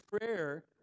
prayer